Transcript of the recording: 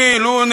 הלוא,